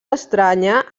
estranya